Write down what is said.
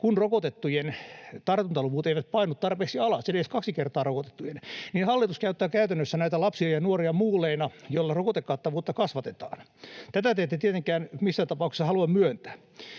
Kun rokotettujen tartuntaluvut eivät painu tarpeeksi alas, edes kaksi kertaa rokotettujen, niin hallitus käyttää käytännössä lapsia ja nuoria muuleina, joilla rokotekattavuutta kasvatetaan. Tätä te ette tietenkään missään tapauksessa halua myöntää.